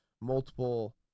multiple